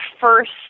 first